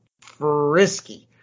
frisky